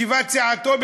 ישיבת סיעתו,